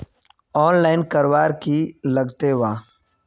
Online करवार की लगते वा?